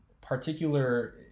particular